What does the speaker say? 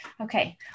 Okay